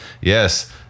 Yes